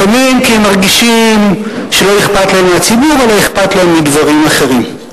לפעמים כי הם מרגישים שלא אכפת להם מהציבור אלא אכפת להם מדברים אחרים.